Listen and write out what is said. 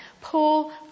Paul